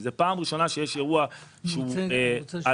זו פעם ראשונה שהיה אירוע על הגבול,